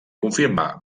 confirmar